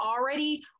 already